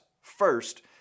first